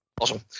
awesome